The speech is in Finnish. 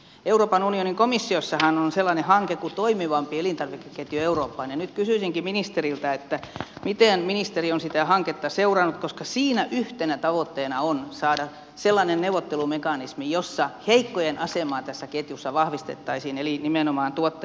euroopan unionin komissiossahan on sellainen hanke kuin toimivampi elintarvikeketju eurooppaan ja nyt kysyisinkin ministeriltä miten ministeri on sitä hanketta seurannut koska siinä yhtenä tavoitteena on saada sellainen neuvottelumekanismi jossa heikkojen asemaa tässä ketjussa vahvistettaisiin eli nimenomaan tuottajan asemaa